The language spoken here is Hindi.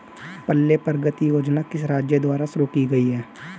पल्ले प्रगति योजना किस राज्य द्वारा शुरू की गई है?